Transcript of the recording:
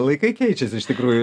laikai keičiasi iš tikrųjų